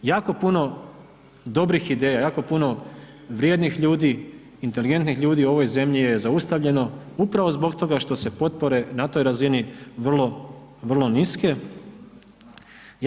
Jako puno dobrih ideja, jako puno vrijednih ljudi, inteligentnih ljudi u ovoj zemlji je zaustavljeno upravo zbog toga što se potpore na toj razini vrlo, vrlo niske.